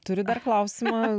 turi dar klausimą